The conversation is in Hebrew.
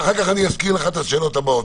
ואז אזכיר לך את השאלות הבאות.